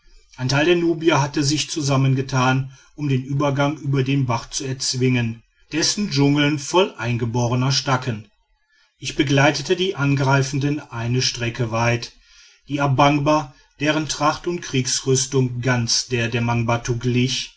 ein teil der nubier hatte sich zusammengetan um den übergang über den bach zu erzwingen dessen dschungeln voll eingeborener staken ich begleitete die angreifenden eine strecke weit die a bangba deren tracht und kriegsrüstung ganz der der mangbattu glich